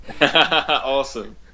Awesome